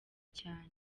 cyane